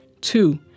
Two